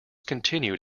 continued